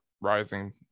rising